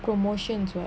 promotions [what]